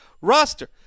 roster